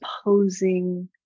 opposing